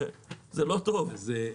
זה לא טוב.